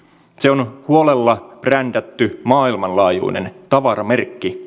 se on huolella brändätty maailmanlaajuinen tavaramerkki